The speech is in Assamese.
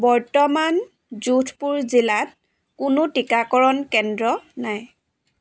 বৰ্তমান যোধপুৰ জিলাত কোনো টীকাকৰণ কেন্দ্ৰ নাই